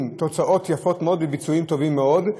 תוצאות יפות מאוד וביצועים טובים מאוד,